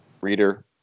Reader